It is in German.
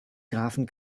grafen